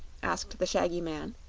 asked the shaggy man,